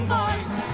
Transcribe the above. voice